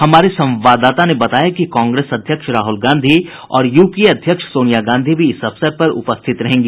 हमारे संवाददाता ने बताया है कि कांग्रेस अध्यक्ष राहुल गांधी और यूपीए अध्यक्ष सोनिया गांधी भी इस अवसर पर उपस्थित रहेंगी